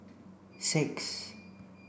six